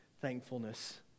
thankfulness